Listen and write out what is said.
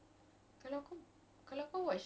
how many episode is it